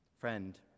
Friend